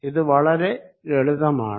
ഇത് വളരെ ലളിതമാണ്